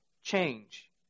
change